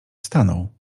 stanął